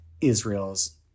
Israel's